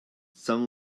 some